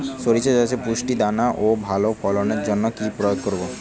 শরিষা চাষে পুষ্ট দানা ও ভালো ফলনের জন্য কি প্রয়োগ করব?